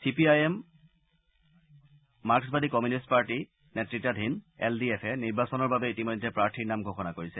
C P I M মাক্সবাদী communist party নেত়তাধীন L D এফে নিৰ্বাচনৰ বাবে ইতিমধ্যে প্ৰাৰ্থীৰ নাম ঘোষণা কৰিছে